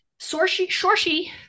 Sorshi